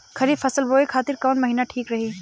खरिफ फसल बोए खातिर कवन महीना ठीक रही?